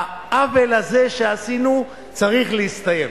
העוול הזה שעשינו צריך להסתיים